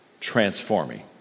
transforming